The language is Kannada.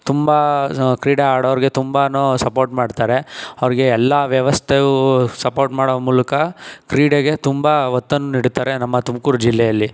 ತುಂಬ ಕ್ರೀಡೆ ಆಡೋರ್ಗೆ ತುಂಬ ಸಪೋರ್ಟ್ ಮಾಡ್ತಾರೆ ಅವ್ರಿಗೆ ಎಲ್ಲ ವ್ಯವಸ್ಥೆಗೂ ಸಪೋರ್ಟ್ ಮಾಡೋ ಮೂಲಕ ಕ್ರೀಡೆಗೆ ತುಂಬ ಒತ್ತನ್ನು ನೀಡುತ್ತಾರೆ ನಮ್ಮ ತುಮಕೂರು ಜಿಲ್ಲೆಯಲ್ಲಿ